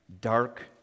dark